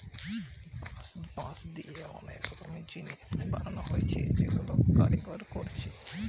বাঁশ দিয়ে অনেক রকমের জিনিস বানানা হচ্ছে যেগুলা কারিগররা কোরছে